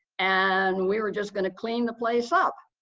and we were just going to clean the place up.